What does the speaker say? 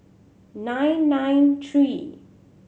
nine nine three